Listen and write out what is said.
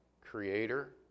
creator